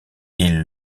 ils